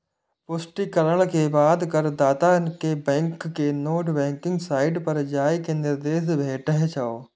पुष्टिकरण के बाद करदाता कें बैंक के नेट बैंकिंग साइट पर जाइ के निर्देश भेटै छै